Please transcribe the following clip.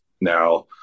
now